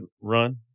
run